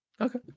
Okay